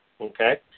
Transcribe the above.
Okay